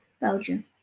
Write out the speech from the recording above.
Belgium